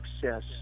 success